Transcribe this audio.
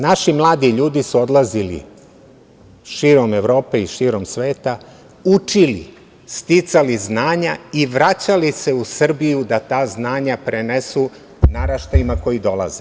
Naši mladi ljudi su odlazili širom Evrope i širom sveta, učili, sticali znanja i vraćali se u Srbiju da ta znanja prenesu naraštajima koji dolaze.